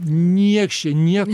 nieks čia niek